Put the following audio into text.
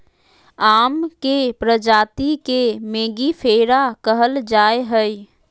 आम के प्रजाति के मेंगीफेरा कहल जाय हइ